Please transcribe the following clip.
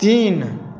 तीन